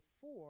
four